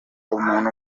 umuntu